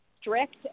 strict